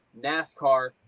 NASCAR